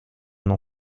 n’en